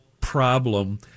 problem